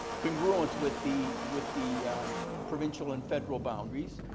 congruent with the with the provincial and federal boundaryies,